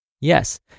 Yes